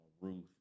Ruth